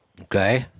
Okay